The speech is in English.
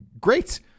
Great